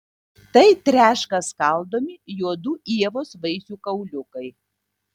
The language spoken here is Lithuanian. tai treška skaldomi juodų ievos vaisių kauliukai